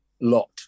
lot